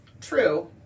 True